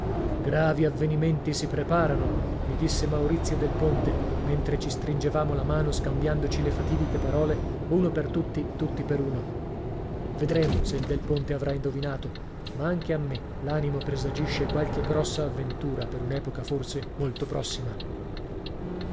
gravi avvenimenti si preparano mi disse maurizio del ponte mentre ci stringevamo la mano scambiandoci le fatidiche parole uno per tutti tutti per uno vedremo se il del ponte avrà indovinato ma anche a me l'animo presagisce qualche grossa avventura per un'epoca forse molto prossima